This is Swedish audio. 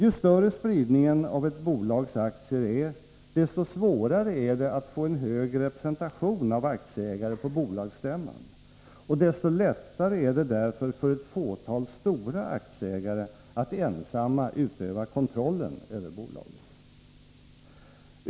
Jusstörre spridningen av ett bolags aktier är, desto svårare är det att få en hög representation av aktieägare på bolagsstämman, och desto lättare är det därför för ett fåtal stora aktieägare att ensamma utöva kontrollen över bolaget.